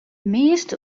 measte